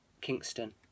Kingston